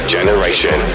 generation